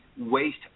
waste